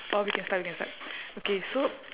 oh we can start we can start okay so